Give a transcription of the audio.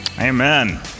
Amen